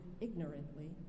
ignorantly